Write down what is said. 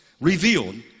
revealed